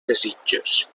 desitjos